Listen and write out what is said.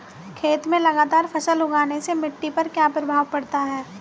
खेत में लगातार फसल उगाने से मिट्टी पर क्या प्रभाव पड़ता है?